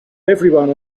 everyone